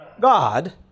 God